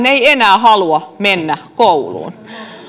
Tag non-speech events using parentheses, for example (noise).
(unintelligible) ei enää halua mennä kouluun